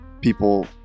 people